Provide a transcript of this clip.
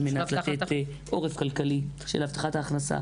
על מנת לתת עורף כלכלי של הבטחת ההכנסה.